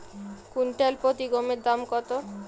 Quintal প্রতি গমের দাম কত?